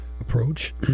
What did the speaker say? approach